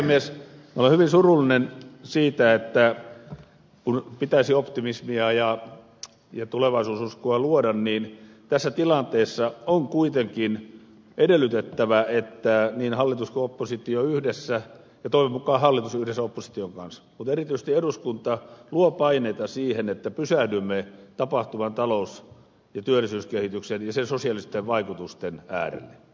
minä olen hyvin surullinen siitä että kun pitäisi optimismia ja tulevaisuudenuskoa luoda niin tässä tilanteessa on kuitenkin edellytettävä että niin hallitus kuin oppositio yhdessä ja toivon mukaan hallitus yhdessä opposition kanssa mutta erityisesti eduskunta luovat paineita siihen että pysähdymme tapahtuvan talous ja työllisyyskehityksen ja sen sosiaalisten vaikutusten äärelle